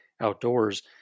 outdoors